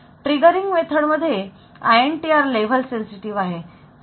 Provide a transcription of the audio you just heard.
triggering पद्धती मध्ये INTR level sensitive आहे 5